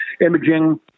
imaging